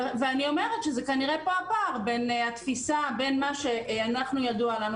כנראה שפה זה הפער בין התפיסה של מה שידוע לנו,